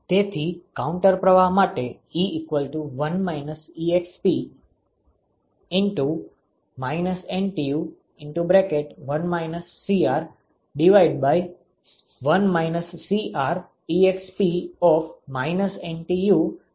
તેથી કાઉન્ટર પ્રવાહ માટે 𝜀 1 exp⁡1 Cr exp⁡ છે